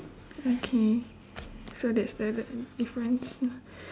okay so that's another difference